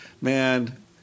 Man